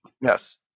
yes